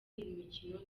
imikino